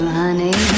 honey